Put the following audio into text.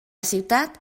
ciutat